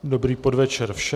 Dobrý podvečer všem.